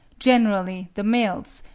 generally the males,